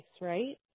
right